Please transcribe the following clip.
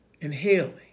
inhaling